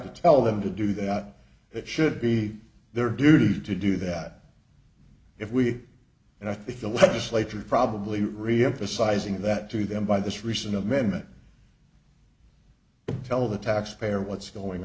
to tell them to do that it should be their duty to do that if we and i think the legislature probably reemphasizing that to them by this recent amendment tell the taxpayer what's going